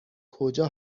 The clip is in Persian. کجا